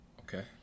Okay